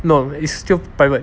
no is still private